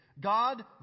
God